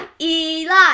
Eli